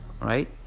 right